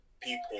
people